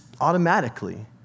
automatically